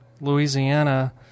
Louisiana